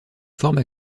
forme